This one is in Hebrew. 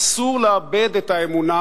אסור לאבד את האמונה